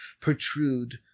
protrude